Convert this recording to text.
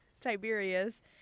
Tiberius